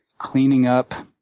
cleaning up,